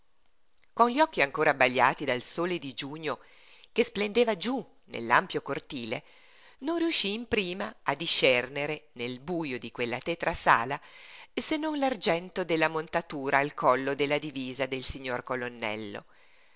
con gli occhi ancora abbagliati dal sole di giugno che splendeva giú nell'ampio cortile non riuscí in prima a discernere nel bujo di quella tetra sala se non l'argento della montura al collo della divisa del signor colonnello